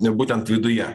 būtent viduje